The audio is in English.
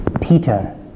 Peter